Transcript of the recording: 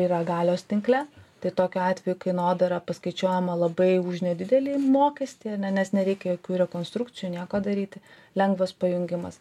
yra galios tinkle tai tokiu atveju kainodara paskaičiuojama labai už nedidelį mokestį ne nes nereikia jokių rekonstrukcijų nieko daryti lengvas pajungimas